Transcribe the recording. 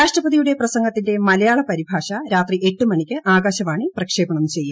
രാഷ്ട്രപതിയുടെ പ്രസംഗത്തിന്റെ മലയാള പരിഭാഷ രാത്രി എട്ട് രാഷ്ട്രപതിയുടെ മണിക്ക് ആകാശവാണി പ്രക്ഷേപണം ചെയ്യും